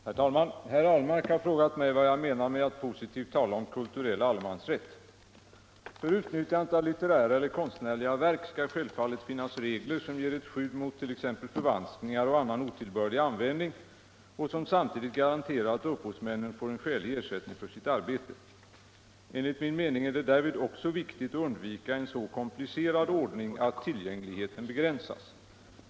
Herr talman! Herr Ahlmark har frågat mig vad jag menar med att positivt tala om ”kulturell allemansrätt”. För utnyttjandet av litterära eller konstnärliga verk skall självfallet finnas regler som ger ett skydd mot t.ex. förvanskningar och annan otillbörlig användning och som samtidigt garanterar att upphovsmännen får en skälig ersättning för sitt arbete. Enligt min mening är det därvid också viktigt att undvika en så komplicerad ordning att tillgängligheten begränsas.